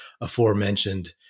aforementioned